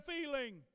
feeling